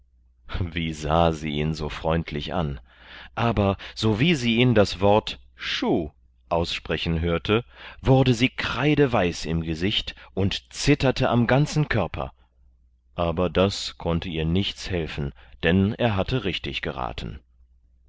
wie sah sie ihn so freundlich an aber sowie sie ihn das wort schuh aussprechen hörte wurde sie kreideweiß im gesicht und zitterte am ganzen körper aber das konnte ihr nichts helfen denn er hatte richtig geraten